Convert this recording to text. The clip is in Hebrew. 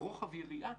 רוחב יריעה